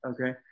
Okay